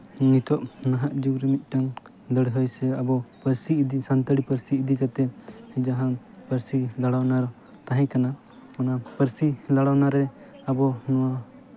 ᱱᱤᱛᱚᱜ ᱱᱟᱦᱟᱜ ᱡᱩᱜᱽ ᱨᱮ ᱢᱤᱫᱴᱟᱱ ᱞᱟᱹᱲᱦᱟᱹᱭ ᱥᱮ ᱟᱵᱚ ᱯᱟᱹᱨᱥᱤ ᱤᱫᱤ ᱥᱟᱱᱛᱟᱲᱤ ᱯᱟᱹᱨᱥᱤ ᱤᱫᱤ ᱠᱟᱛᱮ ᱡᱟᱦᱟᱸ ᱯᱟᱹᱨᱥᱤ ᱞᱟᱲᱟᱣᱱᱟ ᱛᱟᱦᱮᱸ ᱠᱟᱱᱟ ᱚᱱᱟ ᱯᱟᱹᱨᱥᱤ ᱞᱟᱲᱟᱣᱱᱟ ᱨᱮ ᱟᱵᱚ ᱱᱚᱣᱟ